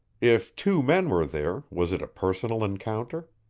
if two men were there was it a personal encounter?